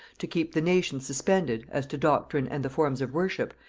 to keep the nation suspended, as to doctrine and the forms of worship,